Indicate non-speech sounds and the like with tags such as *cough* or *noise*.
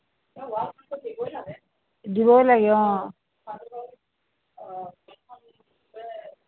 *unintelligible* দিবই লাগে অ *unintelligible*